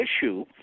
issue